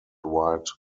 white